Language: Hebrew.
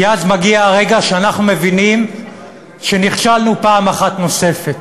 כי אז מגיע הרגע שאנחנו מבינים שנכשלנו פעם אחת נוספת,